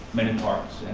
many parts,